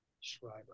Schreiber